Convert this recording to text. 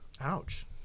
ouch